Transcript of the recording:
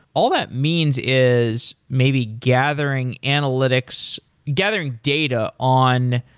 all that means is maybe gathering analytics, gathering data on,